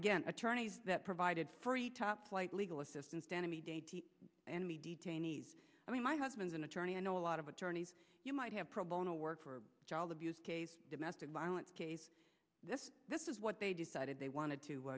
again attorneys that provided free top flight legal assistance and the detainees i mean my husband's an attorney i know a lot of attorneys you might have pro bono work for child abuse domestic violence case this this is what they decided they wanted